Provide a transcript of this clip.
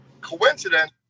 coincidence